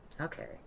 Okay